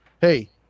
Hey